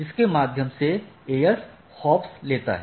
जिसके माध्यम से AS hops लेता है